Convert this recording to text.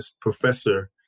professor